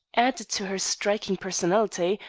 added to her striking personality,